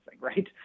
right